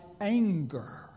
anger